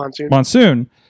Monsoon